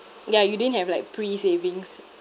ya you didn't have like pre savings